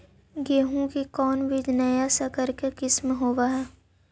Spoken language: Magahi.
गेहू की कोन बीज नया सकर के किस्म होब हय?